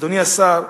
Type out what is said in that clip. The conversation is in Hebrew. אדוני השר,